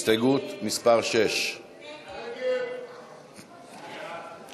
הסתייגות מס' 6. ההסתייגות (6) של קבוצת סיעת הרשימה